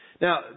Now